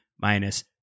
minus